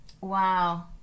Wow